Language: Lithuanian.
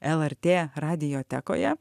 lrt radiotekoje